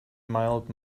mild